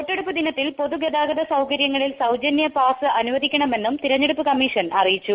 വോട്ടെടുപ്പ് ദിനത്തിൽ പൊതുഗതാഗത സൌകര്യത്തിൽ സൌജന്യ പാസ് അനുവദിക്കണമെന്നും തെരഞ്ഞെടുപ്പ് കമ്മീഷൻ അറിയിച്ചു